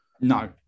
no